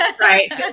Right